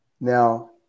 Now